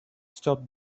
stop